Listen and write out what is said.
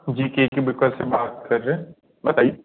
जी cake baker से बात कर रहे हैं बताइए